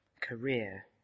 career